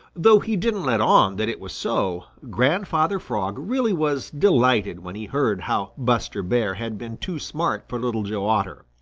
though he didn't let on that it was so, grandfather frog really was delighted when he heard how buster bear had been too smart for little joe otter.